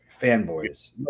Fanboys